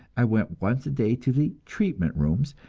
i went once a day to the treatment rooms,